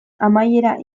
amaiera